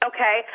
Okay